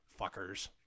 fuckers